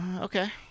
Okay